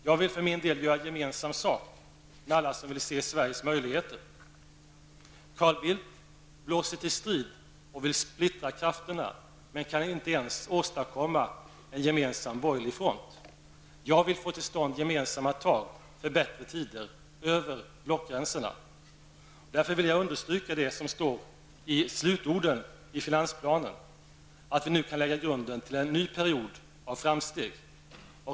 Jag vill för min del göra gemensam sak med alla som vill se Sveriges möjligheter. Carl Bildt blåser till strid och vill splittra krafterna men kan inte ens åstadkomma en gemensam borgerlig front. Jag vill få till stånd gemensamma tag för bättre tider, över blockgränserna. Därför vill jag understryka det som står i slutorden i finansplanen, att vi nu kan lägga grunden till en ny period av framsteg.